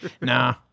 Nah